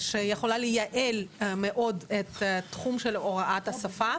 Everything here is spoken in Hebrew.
שיכולה לייעל מאוד את התחום של הוראת השפה,